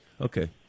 Okay